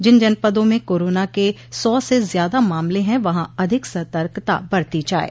जिन जनपदों में कोरोना के सौ से ज्यादा मामले है वहां अधिक सतर्कता बरती जाये